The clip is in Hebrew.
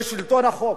בשלטון החוק.